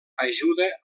ajuda